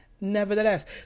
nevertheless